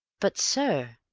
but, sir,